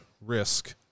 risk